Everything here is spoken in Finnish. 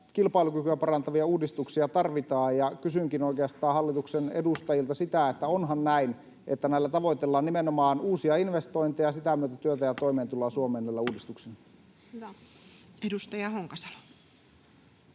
kilpailukykyä parantavia uudistuksia tarvitaan. Kysynkin oikeastaan hallituksen edustajilta: onhan näin, että näillä uudistuksilla tavoitellaan nimenomaan uusia investointeja ja sitä myötä työtä ja toimeentuloa Suomeen? Edustaja Honkasalo.